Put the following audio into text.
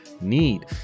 need